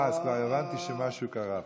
אז כבר הבנתי שמשהו קרה פה.